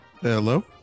Hello